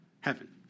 heaven